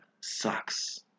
sucks